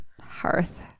Hearth